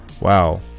Wow